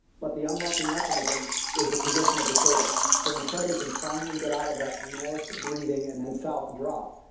but the unlocking mechanism is the position of the shoulder. so when somebody can finally get out of that north breathing, and then south drop,